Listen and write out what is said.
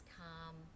calm